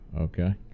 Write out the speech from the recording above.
Okay